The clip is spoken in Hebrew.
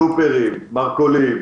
סופרמרקטים, מרכולים,